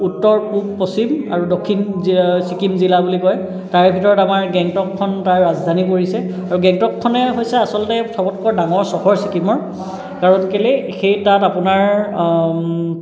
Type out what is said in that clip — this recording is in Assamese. উত্তৰ পূৱ পশ্চিম আৰু দক্ষীণ ছিকিম জিলা বুলি কয় তাৰে ভিতৰত আমাৰ গেংটকখন তাৰ ৰাজধানী কৰিছে আৰু গেংটকখনে হৈছে আচলতে সবতকৈ ডাঙৰ চহৰ ছিকিমৰ কাৰণ কেলে সেই তাত আপোনাৰ